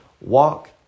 Walk